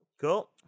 Cool